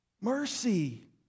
Mercy